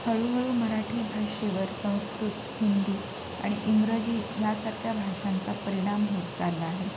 हळूहळू मराठी भाषेवर संस्कृत हिंदी आणि इंग्रजी यासारख्या भाषांचा परिणाम होत चालला आहे